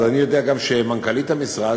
אני יודע גם שמנכ"לית המשרד,